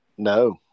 No